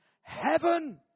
heaven